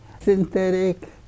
Synthetic